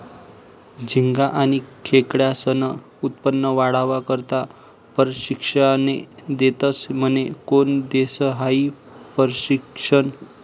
झिंगा आनी खेकडास्नं उत्पन्न वाढावा करता परशिक्षने देतस म्हने? कोन देस हायी परशिक्षन?